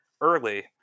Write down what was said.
early